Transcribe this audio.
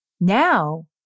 now